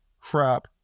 crap